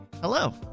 Hello